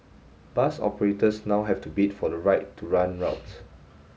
bus operators now have to bid for the right to run routes